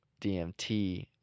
DMT